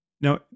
Now